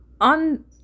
On